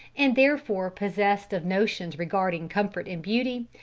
and therefore possessed of notions regarding comfort and beauty,